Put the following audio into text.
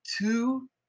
two